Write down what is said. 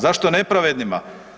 Zašto nepravednima?